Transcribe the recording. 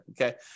okay